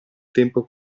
tempo